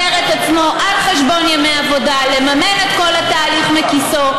יש לי עוד הודעה, על חילופי גברי, היא לא פה.